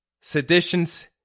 seditions